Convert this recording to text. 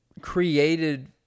created